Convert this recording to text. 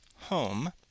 Home